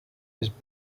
his